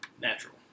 natural